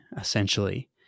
essentially